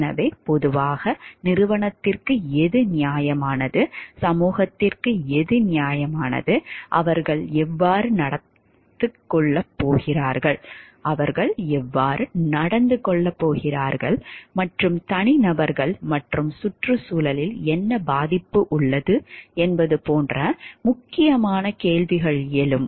எனவே பொதுவாக நிறுவனத்திற்கு எது நியாயமானது சமூகத்திற்கு எது நியாயமானது அவர்கள் எவ்வாறு நடந்து கொள்ளப் போகிறார்கள் மற்றும் தனிநபர்கள் மற்றும் சுற்றுச்சூழலில் என்ன பாதிப்பு என்பது போன்ற முக்கியமான கேள்விகள் எழும்